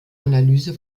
analyse